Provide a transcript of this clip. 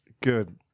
good